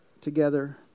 together